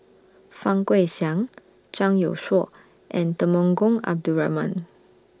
Fang Guixiang Zhang Youshuo and Temenggong Abdul Rahman